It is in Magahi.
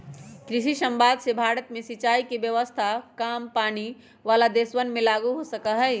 कृषि समवाद से भारत में सिंचाई के व्यवस्था काम पानी वाला देशवन में लागु हो सका हई